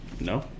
no